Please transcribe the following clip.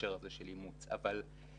בהקשר הזה של אימוץ אבל באמת,